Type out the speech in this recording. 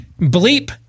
bleep